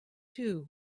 too